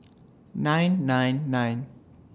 nine nine nine